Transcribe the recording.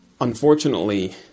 Unfortunately